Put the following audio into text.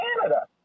canada